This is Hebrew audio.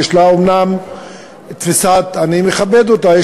אני מכבד אותה,